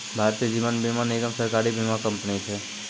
भारतीय जीवन बीमा निगम, सरकारी बीमा कंपनी छै